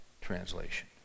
translation